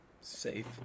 Safe